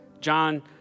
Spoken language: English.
John